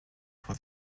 for